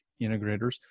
integrators